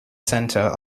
center